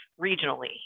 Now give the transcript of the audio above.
regionally